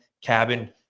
cabin